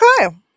Okay